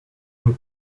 him